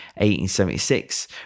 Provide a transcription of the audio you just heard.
1876